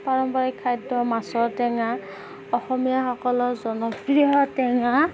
পাৰম্পৰিক খাদ্য মাছৰ টেঙা অসমীয়া সকলৰ জনপ্ৰিয় টেঙা